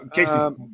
Casey